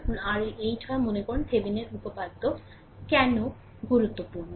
ধরুন RL 8 হয় মনে করুন থেভেনিনের উপপাদ্য কেন গুরুত্বপূর্ণ